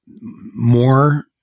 more